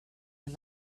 and